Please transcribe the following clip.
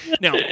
Now